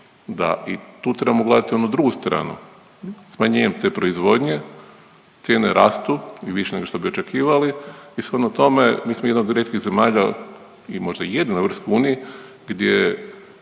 da i tu trebamo gledati onu drugu stranu. Smanjenjem te proizvodnje cijene rastu i više nego što bi očekivali i shodno tome mi smo jedna od rijetkih zemalja i možda jedina u EU gdje